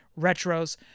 Retros